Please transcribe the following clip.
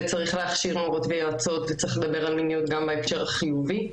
להכשיר מורות ויועצות וצריך לדבר על מיניות גם בהקשר החיובי.